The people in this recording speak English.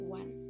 one